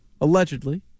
allegedly